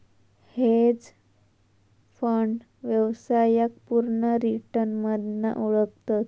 hedge fund व्यवसायाक पुर्ण return मधना ओळखतत